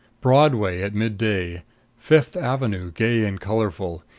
broadway at midday fifth avenue, gay and colorful,